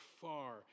far